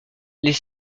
les